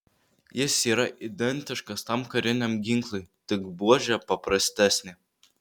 jis yra identiškas tam kariniam ginklui tik buožė paprastesnė